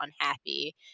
unhappy